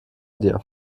dir